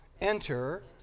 enter